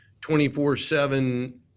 24-7